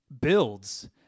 builds